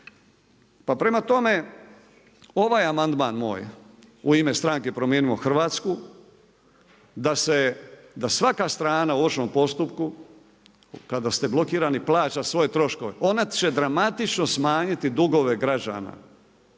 Pa prema tome, ovaj amandman moj u ime stranke Promijenimo Hrvatsku da svaka strana u Ovršnom postupku kada ste blokirani plaća svoje troškove, ona će dramatično smanjiti dugove građana.